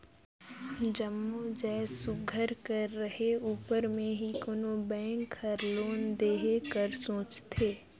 जम्मो जाएत सुग्घर कर रहें उपर में ही कोनो बेंक हर लोन देहे कर सोंचथे